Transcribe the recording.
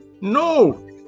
No